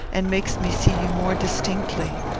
and makes me see you more distinctly.